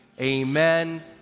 Amen